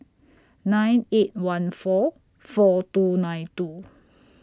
nine eight one four four two nine two